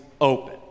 open